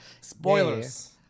Spoilers